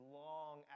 long